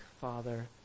Father